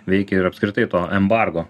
veikia ir apskritai to embargo